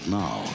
now